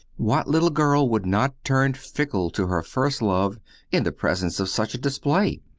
what little girl would not turn fickle to her first love in the presence of such a display?